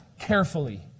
Carefully